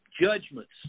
judgments